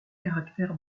caractère